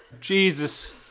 Jesus